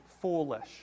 foolish